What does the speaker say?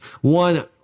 one